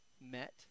met